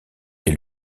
est